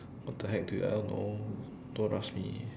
what the heck dude I don't know don't ask me